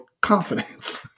confidence